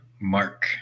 Mark